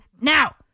now